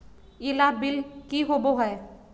ई लाभ बिल की होबो हैं?